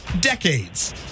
decades